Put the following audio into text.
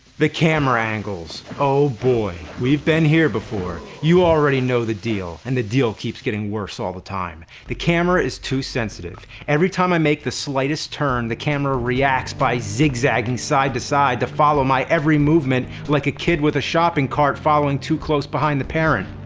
the camera angles. oh boy. we've been here before. you already know the deal and the deal keeps getting worse all the time. the camera is too sensitive. every time i make the slightest turn the camera reacts by zigzagging from side to side to follow my every movement. like a kid with a shopping cart following too close behind the parent.